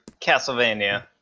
Castlevania